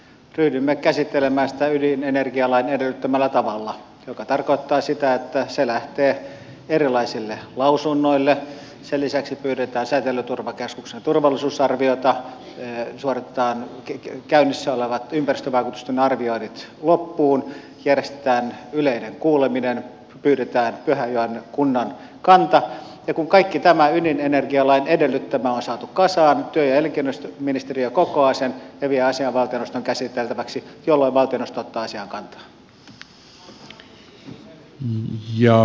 ryhdymme käsittelemään sitä ydinenergialain edellyttämällä tavalla joka tarkoittaa sitä että se lähtee erilaisille lausunnoille sen lisäksi pyydetään säteilyturvakeskuksen turvallisuusarviota suoritetaan käynnissä olevat ympäristövaikutusten arvioinnit loppuun järjestetään yleinen kuuleminen pyydetään pyhäjoen kunnan kanta ja kun kaikki tämä ydinenergialain edellyttämä on saatu kasaan työ ja elinkeinoministeriö kokoaa sen ja vie asian valtioneuvoston käsiteltäväksi jolloin valtioneuvosto ottaa asiaan kantaa